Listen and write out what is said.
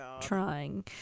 trying